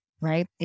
Right